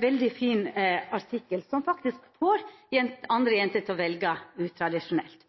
veldig fin artikkel som faktisk får jenter til å velja utradisjonelt.